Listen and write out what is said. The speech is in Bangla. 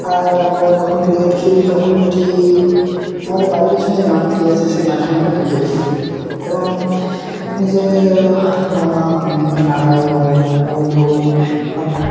আর আমরা যখন ক্রিকেট খেলি তখন একটি আমাদের বাড়ির পেছনে যে মাঠটি আছে সেই মাঠে আমরা ক্রিকেট খেলি এবং নিজের মামা মামি ভাই বোন বন্ধু বান্ধব